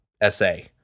essay